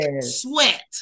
sweat